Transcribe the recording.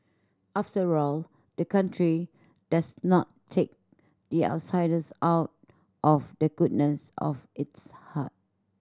after all the country does not take the outsiders out of the goodness of its heart